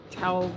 tell